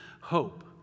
hope